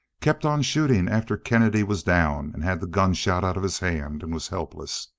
kept on shooting after kennedy was down and had the gun shot out of his hand and was helpless.